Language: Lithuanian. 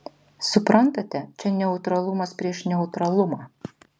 suprantate čia neutralumas prieš neutralumą